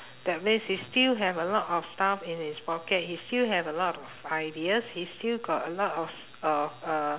that means he still have a lot of stuff in his pocket he still have a lot of ideas he still got a lot of s~ of uh